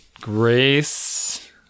Grace